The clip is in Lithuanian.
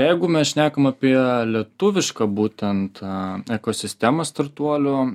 jeigu mes šnekam apie lietuvišką būtent ekosistemą startuolių